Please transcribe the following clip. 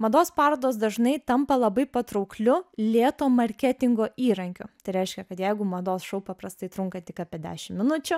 mados parodos dažnai tampa labai patraukliu lėto marketingo įrankiu tai reiškia kad jeigu mados šou paprastai trunka tik apie dešim minučių